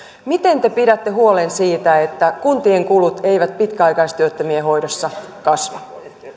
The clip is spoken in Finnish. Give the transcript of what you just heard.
miten te pidätte huolen siitä että kuntien kulut eivät pitkäaikaistyöttömien hoidossa kasva siirrytään